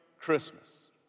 Christmas